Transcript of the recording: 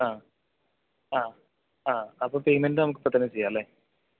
ആ ആ ആ അപ്പോൾ പേയ്മെൻ്റ് നമുക്ക് ഇപ്പോൾ തന്നെ ചെയ്യാം അല്ലെ